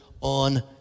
on